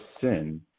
sin